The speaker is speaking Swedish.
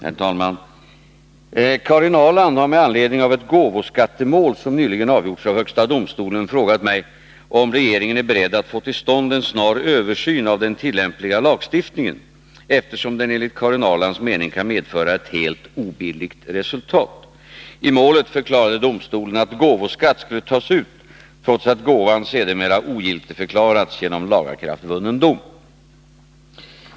Herr talman! Karin Ahrland har med anledning av ett gåvoskattemål som nyligen avgjorts av högsta domstolen frågat mig om regeringen är beredd att få till stånd en snar översyn av den tillämpliga lagstiftningen, eftersom den enligt Karin Ahrlands mening kan medföra ett helt obilligt resultat. I målet förklarade domstolen att gåvoskatt skulle tas ut trots att gåvan sedermera ogiltigförklarats genom lagakraftvunnen dom.